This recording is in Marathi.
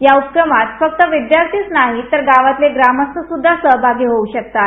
या उपक्रमांतर्गत फक्त विद्यार्थीच नाही तर गावातले ग्रामस्थ सुद्धा यात सहभागी होऊ शकतात